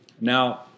Now